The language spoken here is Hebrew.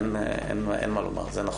אין מה לומר, זה נכון.